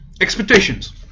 expectations